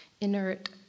Inert